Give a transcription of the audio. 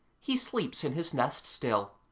he sleeps in his nest still,